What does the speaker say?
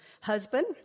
husband